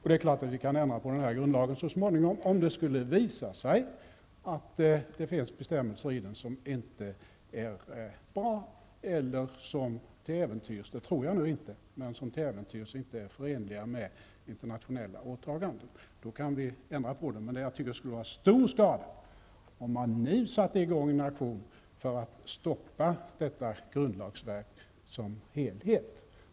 Det är klart att vi kan ändra på den här grundlagen så småningom om det skulle visa sig att det finns bestämmeler i den som inte är bra eller som till äventyrs, vilket jag inte tror, inte skulle vara förenliga med internationella åtaganden. Jag tycker dock att det skulle vara stor skada om man nu satte i gång en aktion för att stoppa det här grundlagsverket i dess helhet.